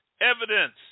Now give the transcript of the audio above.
Evidence